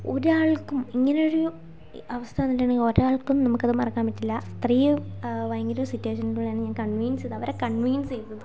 ഒരാൾക്കും ഇങ്ങനെ ഒരു അവസ്ഥ വന്നിട്ടുണ്ടെങ്കിൽ ഒരാൾക്കും നമുക്കത് മറക്കാൻ പറ്റില്ല അത്രയും ഭയങ്കര ഒരു സിറ്റുവേഷനിൽ കൂടിയാണ് ഞാൻ കൺവീൻസ് ചെയ്ത് അവരെ കൺവീൻസ് ചെയ്തത്